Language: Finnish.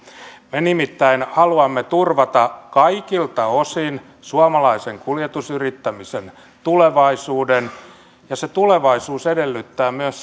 me nimittäin haluamme turvata kaikilta osin suomalaisen kuljetusyrittämisen tulevaisuuden ja se tulevaisuus edellyttää myös